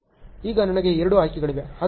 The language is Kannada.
ಈಗ ನನಗೆ ಎರಡು ಆಯ್ಕೆಗಳಿವೆ